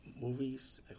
movies